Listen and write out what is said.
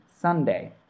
Sunday